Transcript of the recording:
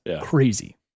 crazy